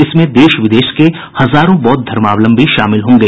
इसमें देश विदेश के हजारों बौद्ध धर्मावलंबी शामिल होंगे